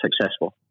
successful